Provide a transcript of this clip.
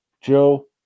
Joe